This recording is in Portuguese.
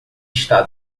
está